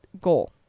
goal